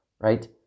Right